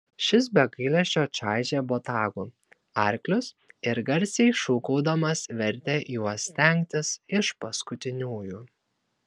šis be gailesčio čaižė botagu arklius ir garsiai šūkaudamas vertė juos stengtis iš paskutiniųjų